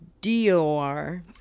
D-O-R